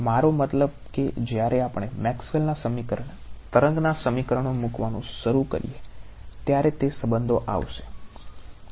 મારો મતલબ કે જ્યારે આપણે મેક્સવેલના સમીકરણ તરંગના સમીકરણો મૂકવાનું શરૂ કરીએ ત્યારે તે સંબંધો આવશે